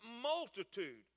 multitude